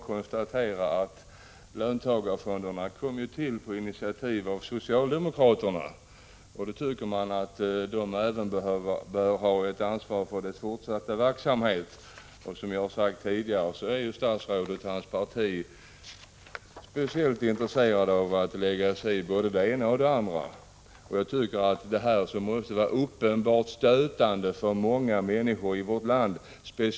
Herr talman! Löntagarfonderna kom ju till på socialdemokratiskt initiativ, och då tycker jag att socialdemokraterna borde ha ansvar även för deras fortsatta verksamhet. Som jag har sagt tidigare, är statsrådet och hans parti speciellt intresserade av att lägga sig i både det ena och det andra, och här har vi en företeelse som måste vara stötande för många människor i vårt land.